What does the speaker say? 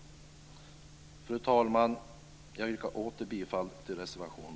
Fru talman! Jag yrkar åter bifall till reservation